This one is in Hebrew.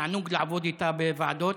תענוג לעבוד איתה בוועדות.